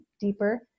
deeper